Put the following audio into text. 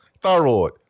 thyroid